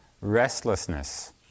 restlessness